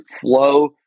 flow